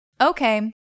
Okay